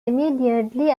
immediately